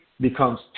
becomes